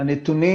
הנתונים